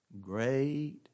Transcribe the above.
Great